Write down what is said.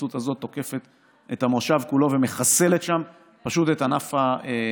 וההתפרצות הזאת תוקפת את המושב כולו ומחסלת שם פשוט את ענף הפרנסה.